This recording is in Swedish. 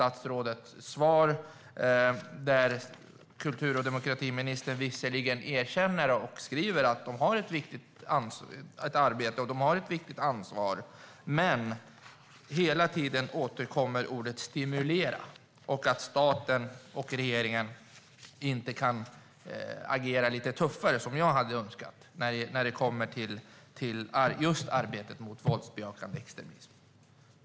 Visserligen erkänner kultur och demokratiministern att detta är ett viktigt arbete och att de har ett viktigt ansvar, men hela tiden återkommer ordet stimulera och att staten och regeringen inte kan agera lite tuffare, vilket jag hade önskat, när det gäller just våldsbejakande extremism.